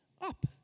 up